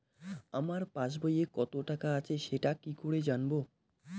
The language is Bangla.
আমার পাসবইয়ে কত টাকা আছে সেটা কি করে জানবো?